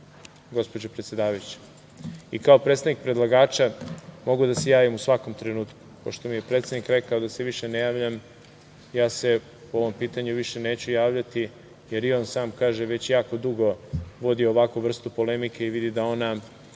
gospođo predsedavajuća, i kao predstavnik predlagača mogu da se javim u svakom trenutku. Pošto mi je predsednik rekao da se više ne javljam ja se ovom pitanj8u više neću javljati, jer i on sam kaže već jako dugo vodio ovakvu vrstu polemike i vidi da ona